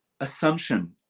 assumption